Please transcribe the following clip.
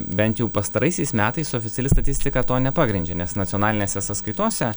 bent jau pastaraisiais metais oficiali statistika to nepagrindžia nes nacionalinėse sąskaitose